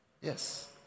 Yes